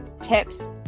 tips